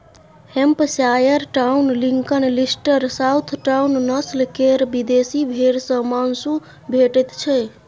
Hampshire town, Lincoln, Leicester, south town, नस्ल केर विदेशी भेंड़ सँ माँसु भेटैत छै